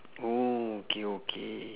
oo okay okay